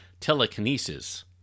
telekinesis